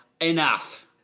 Enough